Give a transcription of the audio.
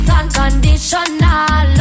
unconditional